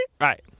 right